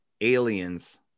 aliens